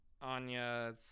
Anya